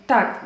Tak